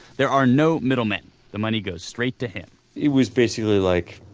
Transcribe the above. there are no middlemen the money goes straight to him it was basically like